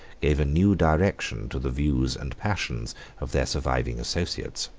gave a new direction to the views and passions of their surviving associates.